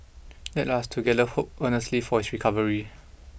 let us together hope earnestly for his recovery